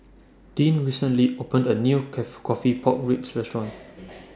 Dean recently opened A New Coffee Pork Ribs Restaurant